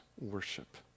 worship